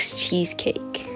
cheesecake